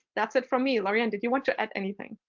that's it for me. lauriann, did you want to add anything?